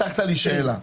הבטחת לי שאלה.